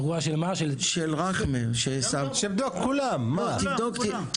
בשבוע האחרון נאמר שיצאו כ-400-450 צווים.